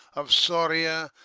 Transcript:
of soria,